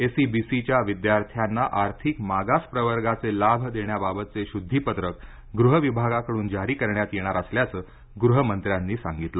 एसईबीसीच्या विद्यार्थ्यांना आर्थिक मागास प्रवर्गाचे लाभ देण्याबाबतचं शुद्धीपत्रक गृहविभागाकडून जारी करण्यात येणार असल्याचं गृहमंत्र्यांनी सांगितलं